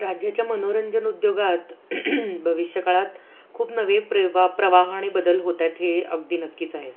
राज्याच्या मनोरंजन उद्योगात भविष्यकाळात खूप नवे प्रवा प्रवाहाने बदल होत आहेत हे अगदी नक्कीच आहे